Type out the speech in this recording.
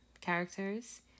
characters